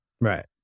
Right